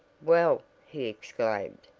well, he exclaimed,